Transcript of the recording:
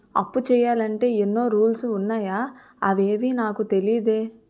అప్పు చెయ్యాలంటే ఎన్నో రూల్స్ ఉన్నాయా అవేవీ నాకు తెలీదే